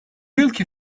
yılki